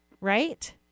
Right